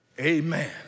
Amen